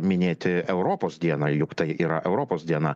minėti europos dieną juk tai yra europos diena